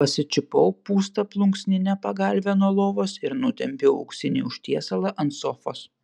pasičiupau pūstą plunksninę pagalvę nuo lovos ir nutempiau auksinį užtiesalą ant sofos